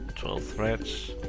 twelve threads.